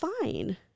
fine